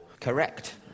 Correct